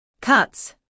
cuts